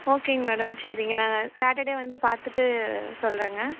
ஓகேங்க மேடம் சரிங்க நாங்கள் சாட்டர்டே வந்து பார்த்துட்டு சொல்கிறேங்க